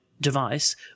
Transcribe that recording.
device